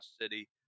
City